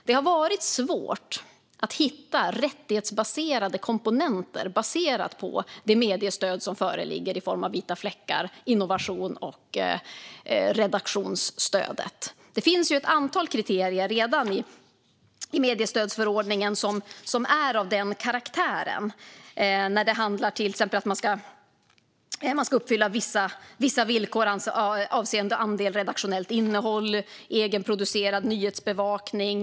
Det har varit svårt att hitta rättighetsbaserade komponenter baserat på det mediestöd som föreligger i form av vita fläckar-stödet, innovationsstödet och redaktionsstödet. Det finns redan ett antal kriterier i mediestödsförordningen som är av den karaktären. Det handlar till exempel om att man ska uppfylla vissa villkor avseende andel redaktionellt innehåll och egenproducerad nyhetsbevakning.